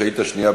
שאילתה שנייה,